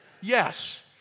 Yes